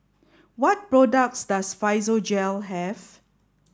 what products does Physiogel have